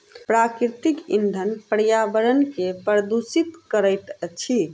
प्राकृतिक इंधन पर्यावरण के प्रदुषित करैत अछि